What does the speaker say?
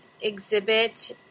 exhibit